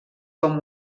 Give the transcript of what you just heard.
com